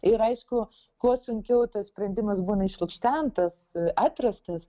ir aiškus kuo sunkiau tas sprendimas būna išlukštentas atrastas